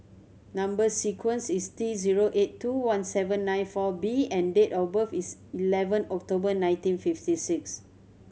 number sequence is T zero eight two one seven nine four B and date of birth is eleven October nineteen fifty six